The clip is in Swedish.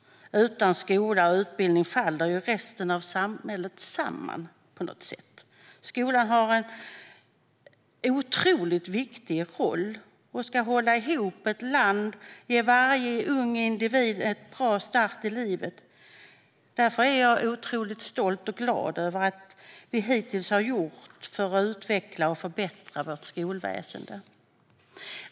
Utan skola och utbildning faller ju på något sätt resten av samhället samman. Skolan har en otroligt viktig roll. Den ska hålla ihop ett land och ge varje ung individ en bra start i livet. Därför är jag otroligt stolt och glad över allt vi hittills har gjort för att utveckla och förbättra vårt skolväsen.